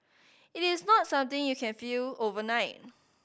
it is not something you can feel overnight